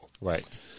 Right